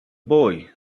boy